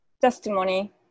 testimony